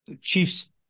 Chiefs